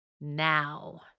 now